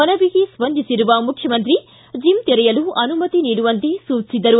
ಮನವಿಗೆ ಸ್ಪಂದಿಸಿರುವ ಮುಖ್ಯಮಂತ್ರಿ ಜಿಮ್ ತೆರೆಯಲು ಅನುಮತಿ ನೀಡುವಂತೆ ಸೂಚಿಸಿದ್ದರು